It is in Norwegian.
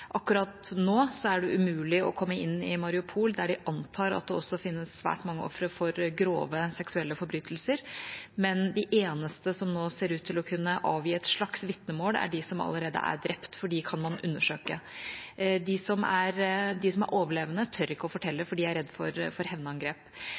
Akkurat nå er det umulig å komme inn i Mariupol, der de antar at det også finnes svært mange ofre for grove seksuelle forbrytelser. Men de eneste som nå ser ut til å kunne avgi et slags vitnemål, er de som allerede er drept, for dem kan man undersøke. De som er overlevende, tør ikke å fortelle, for de er redd for hevnangrep. Mitt spørsmål er